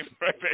right